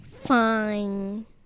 Fine